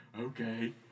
Okay